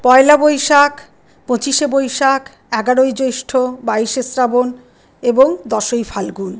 পয়লা বৈশাখ পঁচিশে বৈশাখ এগারোই জ্যৈষ্ঠ বাইশে শ্রাবণ এবং দশই ফাল্গুন